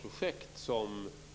användning?